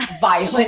violent